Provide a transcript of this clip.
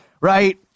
right